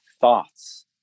thoughts